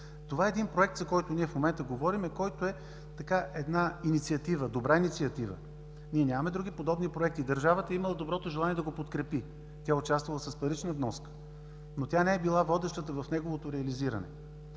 в детайли. Проектът, за който в момента говорим, е една добра инициатива. Ние нямаме други подобни проекти. Държавата е имала доброто желание да го подкрепи, тя е участвала с парична вноска, но не е била водещата в неговото реализиране.